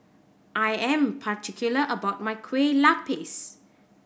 I am particular about my Kueh Lapis